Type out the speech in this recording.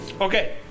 Okay